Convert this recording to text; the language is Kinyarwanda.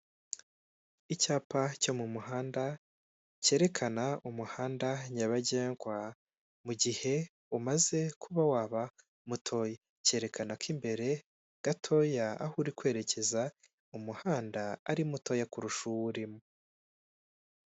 Icyapa cyo mu muhanda cyerekana umuhanda nyabagendwa, mu gihe umaze kuba waba mutoya, cyerekana ko imbere gatoya aho uri kwerekeza umuhanda ari mutoya kurusha uwo urimo.